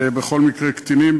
בכל מקרה קטינים,